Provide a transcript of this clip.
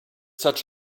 such